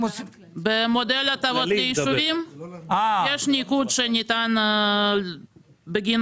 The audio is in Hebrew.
במודל הטבות ליישובים יש ניקוד שניתן בגין